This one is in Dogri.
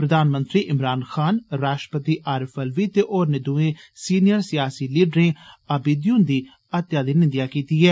प्रधानमंत्री इमरान खान राश्ट्रपति अरिफ अलवी ते होरनें दुए सिनियर सियासी लीडरें अबीदी हुन्दी हत्या दी निन्देआ कीती ऐ